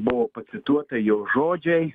buvo pacituota jo žodžiai